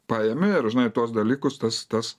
paėmė ir žinai tuos dalykus tas tas